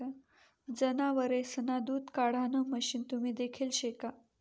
जनावरेसना दूध काढाण मशीन तुम्ही देखेल शे का?